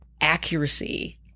accuracy